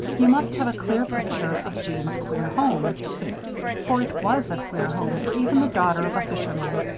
you must have a clear picture of jeanne's queer home for it was a queer home for even the daughter of a fisherman.